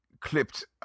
clipped